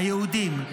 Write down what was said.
היהודים.